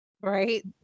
Right